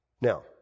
Now